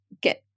get